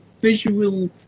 visual